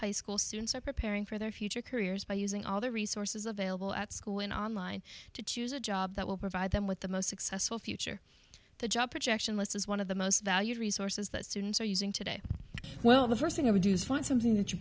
high school students are preparing for their future careers by using all the resources available at school and online to choose a job that will provide them with the most successful future the job projection lists as one of the most valued resources that students are using today well the first thing i would use find something that you